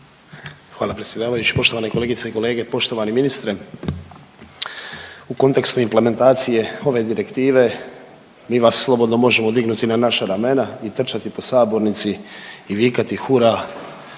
Hvala predsjedavajući, poštovane kolegice i kolege i poštovani ministre. U kontekstu implementacije ove direktive mi vas slobodno možemo dignuti na naša ramena i trčati po sabornici i vikati Hura!,